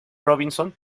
robinson